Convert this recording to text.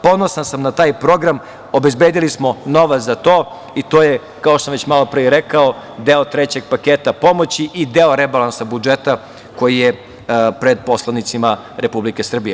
Ponosan sam na taj program, obezbedili smo novac za to i to je, kao što sam već malopre i rekao, deo trećeg paketa pomoći i deo rebalansa budžeta koji je pred poslanicima Republike Srbije.